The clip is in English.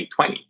2020